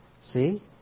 See